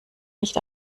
nicht